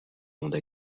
monde